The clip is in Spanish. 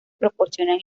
proporcionan